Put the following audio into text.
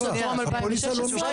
התשובה היא לא.